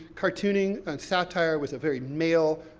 cartooning and satire was a very male,